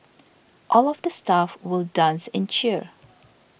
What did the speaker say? all of the staff will dance and cheer